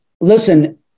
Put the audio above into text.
Listen